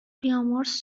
بیامرز